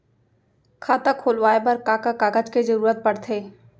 खाता खोलवाये बर का का कागज के जरूरत पड़थे?